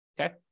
Okay